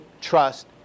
trust